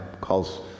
Calls